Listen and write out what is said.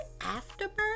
afterbirth